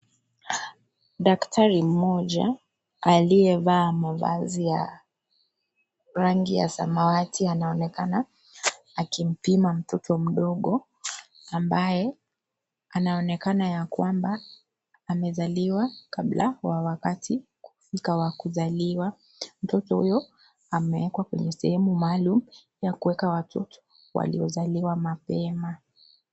Daktari mmoja, aliyevaa mavazi ya rangi ya samawati anaonekana akimpima mtoto mdogo, ambaye anaonekana ya kwamba amezaliwa kabla wa wakati wa kuzaliwa. Mtoto huyo amewekwa kwenye sehemu maalum ya kuweka watoto waliozaliwa mapema.